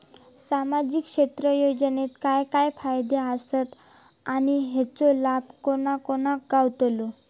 सामजिक क्षेत्र योजनेत काय काय फायदे आसत आणि हेचो लाभ कोणा कोणाक गावतलो?